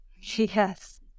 Yes